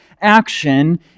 action